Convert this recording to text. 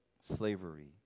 slavery